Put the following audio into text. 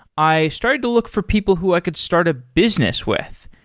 i started to look for people who i could start a business with.